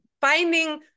finding